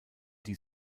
die